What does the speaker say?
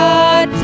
God